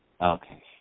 Okay